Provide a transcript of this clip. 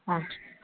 अच्छा